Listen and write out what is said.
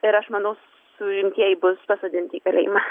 ir aš manau suimtieji bus pasodinti į kalėjimą